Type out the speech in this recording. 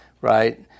right